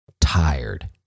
tired